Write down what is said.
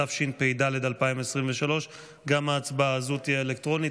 התשפ"ד 2023. גם ההצבעה הזאת תהיה אלקטרונית.